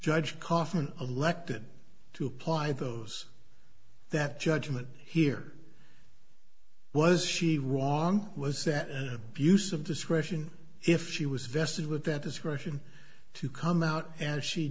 judge kaufman elected to apply those that judgment here was she wrong was that abuse of discretion if she was vested with that discretion to come out as she